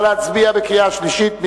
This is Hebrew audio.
התש"ע 2010. נא להצביע בקריאה שלישית.